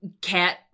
cat